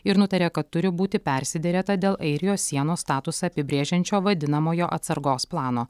ir nutarė kad turi būti persiderėta dėl airijos sienos statusą apibrėžiančio vadinamojo atsargos plano